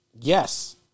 yes